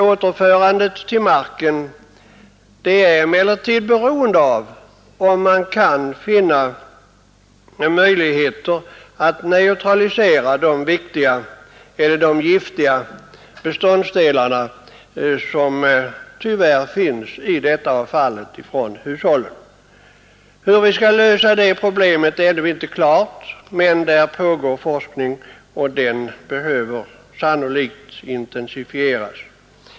Återförandet till marken är emellertid beroende av om man kan skapa möjligheter att neutralisera de giftiga beståndsdelar som tyvärr finns i avfallet från hushållen. Hur vi skall lösa det problemet är ännu inte klart, men det pågår forskning på området, och den behöver sannolikt intensifieras.